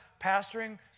pastoring